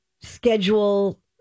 schedule